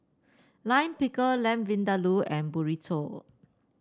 Lime Pickle Lamb Vindaloo and Burrito